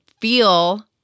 feel